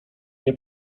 nie